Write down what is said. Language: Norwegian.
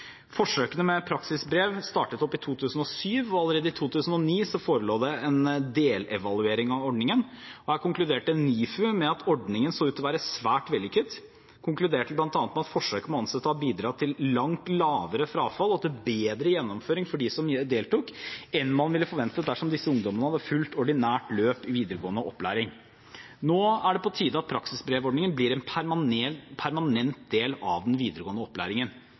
Forsøkene med praksisbrevordningen startet i 2007, og allerede i 2009 forelå det en delevaluering av ordningen. Her konkluderte NIFU med at ordningen så ut til å være svært vellykket. De konkluderte bl.a. med at forsøket med å ansette har bidratt til langt lavere frafall og til bedre gjennomføring for dem som deltok, enn det man ville forventet dersom disse ungdommene hadde fulgt ordinært løp i videregående opplæring. Nå er det på tide at praksisbrevordningen blir en permanent del av den videregående opplæringen,